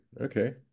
okay